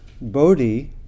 bodhi